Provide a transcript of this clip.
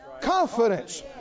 Confidence